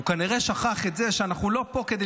הוא כנראה שכח את זה שאנחנו לא פה כדי